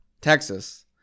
Texas